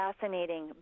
fascinating